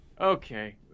Okay